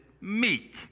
meek